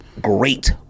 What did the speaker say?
Great